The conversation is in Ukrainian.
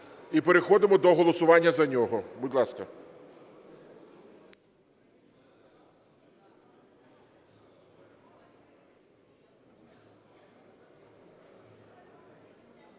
І переходимо до голосування за нього. Будь ласка.